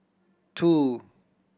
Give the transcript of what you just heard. two